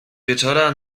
wieczora